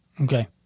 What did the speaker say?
Okay